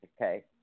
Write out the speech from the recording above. Okay